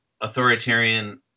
authoritarian